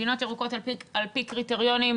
מדינות ירוקות על פי קריטריונים,